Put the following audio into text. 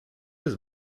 his